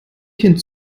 kind